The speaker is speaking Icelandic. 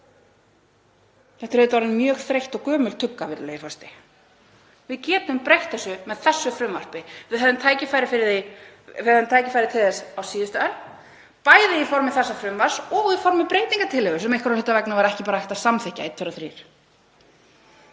Þetta er orðin mjög þreytt og gömul tugga, virðulegi forseti. Við getum breytt þessu með þessu frumvarpi. Við höfðum tækifæri til þess á síðustu önn, bæði í formi þessa frumvarps og í formi breytingartillögu sem einhverra hluta vegna var ekki bara hægt að samþykkja einn,